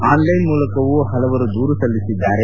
online ಮೂಲಕವೂ ಪಲವರು ದೂರು ಸಲ್ಲಿಸಿದ್ದಾರೆ